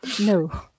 No